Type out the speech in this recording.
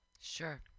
sure